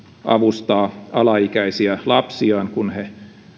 avustaa alaikäisiä lapsiaan kun he